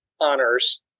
honors